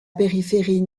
périphérie